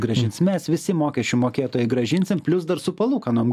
grąžins mes visi mokesčių mokėtojai grąžinsim plius dar su palūkanom